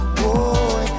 boy